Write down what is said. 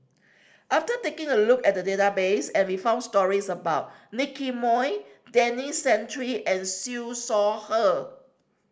after taking a look at the database I we found stories about Nicky Moey Denis Santry and Siew Shaw Her